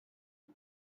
who